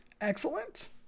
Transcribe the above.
excellent